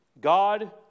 God